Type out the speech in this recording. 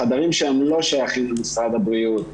החדרים שהם לא שייכים למשרד הבריאות,